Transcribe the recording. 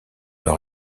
leur